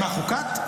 מה, חוקת?